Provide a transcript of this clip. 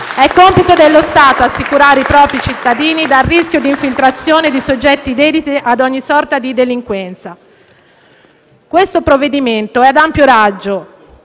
È compito dello Stato assicurare i propri cittadini dal rischio d'infiltrazione di soggetti dediti ad ogni sorta di delinquenza. Questo provvedimento è ad ampio raggio